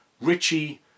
Richie